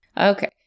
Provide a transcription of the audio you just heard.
okay